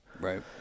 Right